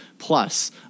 plus